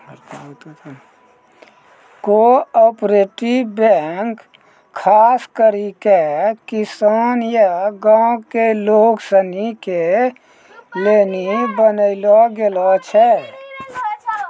cooperative bank खास करी के किसान या गांव के लोग सनी के लेली बनैलो गेलो छै